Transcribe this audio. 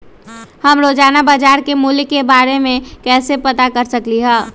हम रोजाना बाजार के मूल्य के के बारे में कैसे पता कर सकली ह?